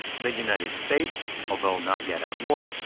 the united states, although not yet at war,